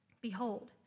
Behold